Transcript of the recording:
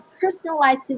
personalized